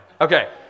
Okay